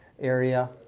area